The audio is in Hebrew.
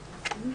בבקשה.